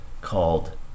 called